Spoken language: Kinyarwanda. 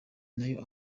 nayo